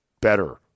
better